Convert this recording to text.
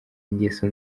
ingeso